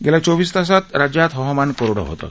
गेल्या चोवीस तासात राज्यात हवामान कोरडं होतं